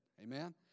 Amen